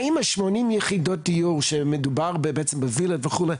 האם ה-80 יחידות דיור שמדובר בעצם בווילות וכו',